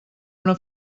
una